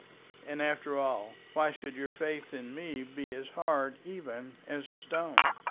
and after all why should your faith in me be as hard even as a stone?